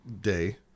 Day